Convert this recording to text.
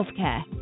Healthcare